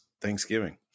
Thanksgiving